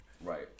Right